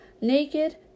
Naked